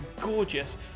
gorgeous